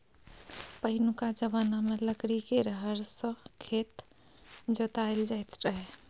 पहिनुका जमाना मे लकड़ी केर हर सँ खेत जोताएल जाइत रहय